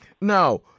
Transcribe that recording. Now